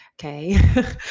okay